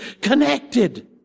connected